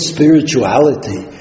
Spirituality